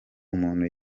umuntu